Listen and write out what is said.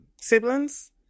Siblings